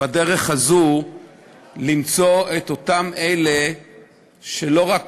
בדרך הזאת למצוא את אותם אלה שלא רק